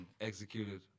executed